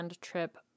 trip